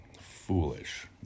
foolish